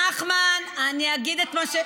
נחמן, אני אגיד את מה,